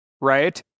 Right